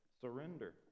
surrender